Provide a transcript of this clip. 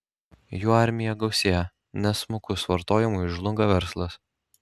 jų armija gausėja nes smukus vartojimui žlunga verslas